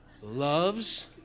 loves